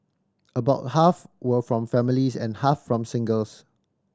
about half were from families and half from singles